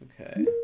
Okay